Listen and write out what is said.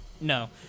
No